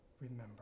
remember